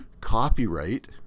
copyright